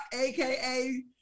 aka